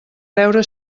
veure